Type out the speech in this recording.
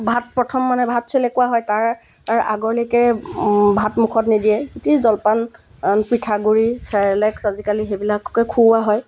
ভাত প্ৰথম মানে ভাত চেলেকুৱা হয় তাৰ তাৰ আগলৈকে ভাত মুখত নিদিয়ে জলপান পিঠাগুড়ি চেৰেলেক্স আজিকালি সেইবিলাককে খুওৱা হয়